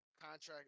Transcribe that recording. contract